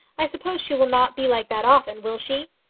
i suppose she will not be like that often will she?